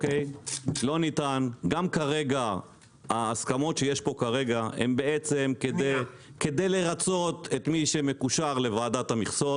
גם כרגע ההסכמות שיש פה כרגע הן כדי לרצות את מי שמקושר לוועדת המכסות.